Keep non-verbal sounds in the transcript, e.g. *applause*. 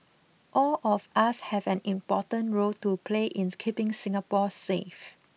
all of us have an important role to play in *hesitation* keeping Singapore safe